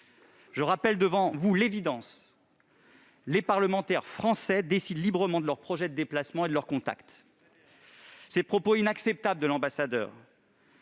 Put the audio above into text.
Je rappelle devant vous l'évidence : les parlementaires français décident librement de leurs projets de déplacement et de leurs contacts. Très bien ! Ses propos inacceptables ont valu